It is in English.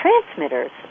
transmitters